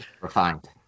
Refined